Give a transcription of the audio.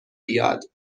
بیاد